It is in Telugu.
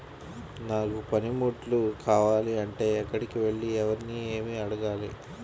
నాకు పనిముట్లు కావాలి అంటే ఎక్కడికి వెళ్లి ఎవరిని ఏమి అడగాలి?